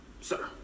Sir